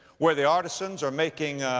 where the artisans are making,